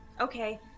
Okay